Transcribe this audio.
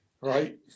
right